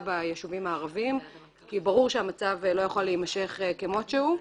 ביישובים הערביים כי ברור שהמצב לא יכול להימשך כמות שהוא.